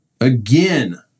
again